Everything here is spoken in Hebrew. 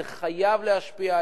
זה חייב להשפיע,